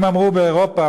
אם אמרו באירופה,